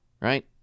right